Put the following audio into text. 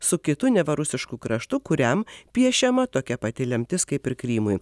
su kitu neva rusišku kraštu kuriam piešiama tokia pati lemtis kaip ir krymui